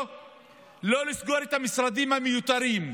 לא לחרדים,